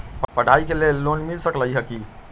पढाई के लेल लोन मिल सकलई ह की?